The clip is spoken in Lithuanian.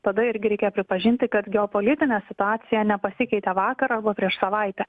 tada irgi reikia pripažinti kad geopolitinė situacija nepasikeitė vakar arba prieš savaitę